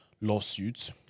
lawsuits